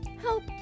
Help